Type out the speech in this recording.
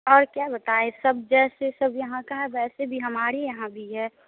और क्या बताएँ सब जैसे सब यहाँ का है वैसे भी हमारे यहाँ भी है